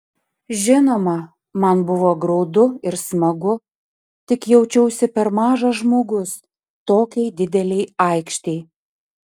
žinoma man buvo graudu ir smagu tik jaučiausi per mažas žmogus tokiai didelei aikštei